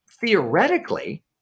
Theoretically